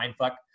Mindfuck